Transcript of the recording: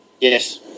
Yes